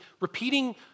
repeating